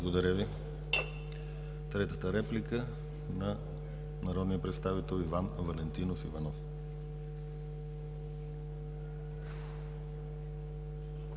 Благодаря Ви. Третата реплика е на народния представител Иван Валентинов Иванов. ИВАН